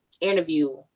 interview